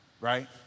right